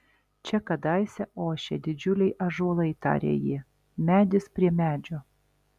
čia kadaise ošė didžiuliai ąžuolai tarė ji medis prie medžio